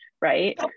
right